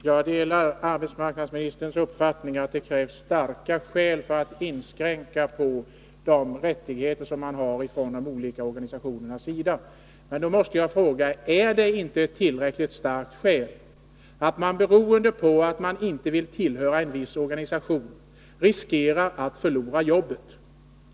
Herr talman! Jag delar arbetsmarknadsministerns uppfattning att det krävs starka skäl för att inskränka de rättigheter som de olika organisationerna har. Men då måste jag fråga: Är det inte ett tillräckligt starkt skäl att man beroende på att man inte vill tillhöra en viss organisation riskerar att förlora jobbet?